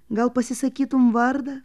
gal pasisakytum vardą